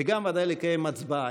וגם, עדיין, לנהל הצבעה.